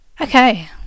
Okay